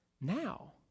now